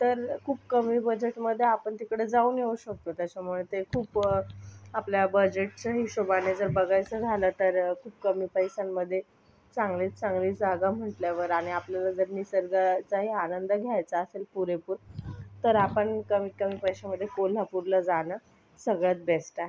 तर खूप कमी बजेटमध्ये आपण तिकडे जाऊन येऊ शकतो त्याच्यामुळे ते खूप आपल्या बजेटच्या हिशोबाने जर बघायचं झालं तर खूप कमी पैशांमध्ये चांगल्यात चांगली जागा म्हटल्यावर आणि आपल्याला जर निसर्गाचाही आनंद घ्यायचा असेल पुरेपूर तर आपण कमीत कमी पैशांमध्ये कोल्हापूरला जाणं सगळ्यात बेस्ट आहे